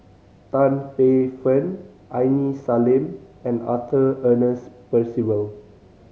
Tan Paey Fern Aini Salim and Arthur Ernest Percival